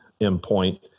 endpoint